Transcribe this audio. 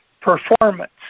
performance